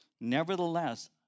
Nevertheless